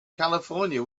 california